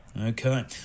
Okay